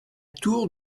tour